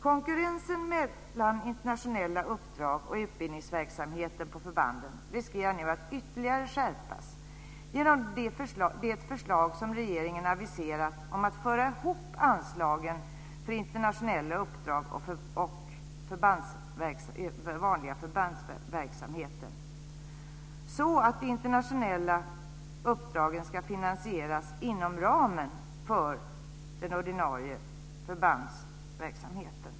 Konkurrensen mellan internationella uppdrag och utbildningsverksamheten på förbanden riskerar nu att ytterligare skärpas genom det förslag som regeringen aviserat om att föra ihop anslagen för internationella uppdrag och den vanliga förbandsverksamheten så att de internationella uppdragen ska finansieras inom ramen för den ordinarie förbandsverksamheten.